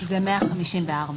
זה סעיף 154 לחוק.